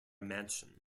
mansion